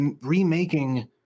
remaking